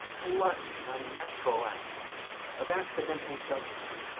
bloody and unnatural acts of accidental judgments,